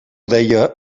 deia